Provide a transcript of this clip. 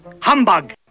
humbug